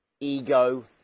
ego